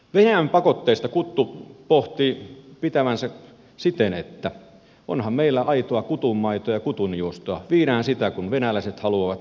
venäjän pakotteista kuttu pohtii pitävänsä siten että onhan meillä aitoa kutunmaitoa ja kutunjuustoa viedään niitä kun venäläiset haluavat erikoistuotteita